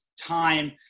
time